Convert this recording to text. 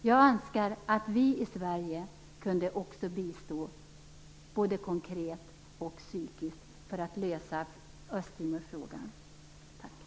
Jag önskar att vi i Sverige också kunde bistå både konkret och psykiskt för att lösa Östtimorproblemet. Tack!